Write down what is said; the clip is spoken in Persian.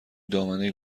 دامنه